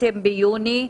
ביוני?